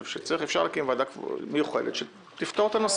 שלדעתי אפשר להקים ועדה מיוחדת לפתור אותו.